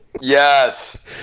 Yes